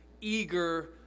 eager